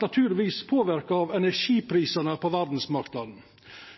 naturlegvis påverka av energiprisane på verdsmarknaden.